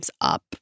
up